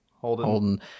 Holden